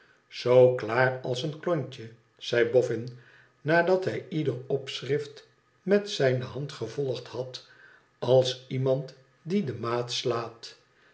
tzoo klaar als een klontje zei boffin nadat hij ieder opschrift met zijne hand gevolgd had als iemand die de maat slaat